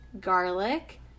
garlic